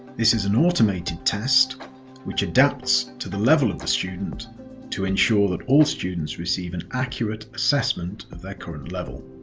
this is an automated test which adapts to the level of the student to ensure that all students receive an accurate assessment of their current level.